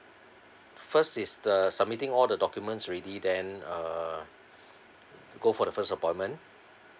first is the submitting all the documents ready then uh go for the first appointment